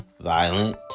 violent